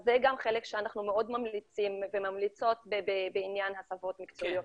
זה גם חלק שאנחנו מאוד ממליצים וממליצות בעניין הסבות מקצועיות.